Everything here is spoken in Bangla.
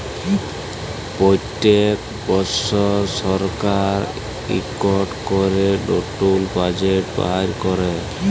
প্যত্তেক বসর সরকার ইকট ক্যরে লতুল বাজেট বাইর ক্যরে